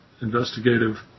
investigative